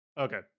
Okay